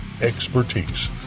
expertise